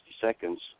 seconds